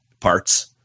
parts